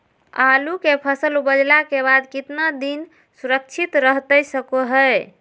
आलू के फसल उपजला के बाद कितना दिन सुरक्षित रहतई सको हय?